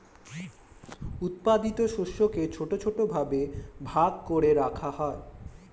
উৎপাদিত শস্যকে ছোট ছোট ভাবে ভাগ করে রাখা হয়